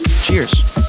Cheers